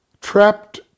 trapped